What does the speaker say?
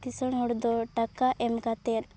ᱠᱤᱸᱥᱟᱹᱲ ᱦᱚᱲ ᱫᱚ ᱴᱟᱠᱟ ᱮᱢ ᱠᱟᱛᱮᱫ